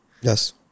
Yes